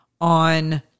on